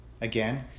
Again